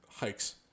hikes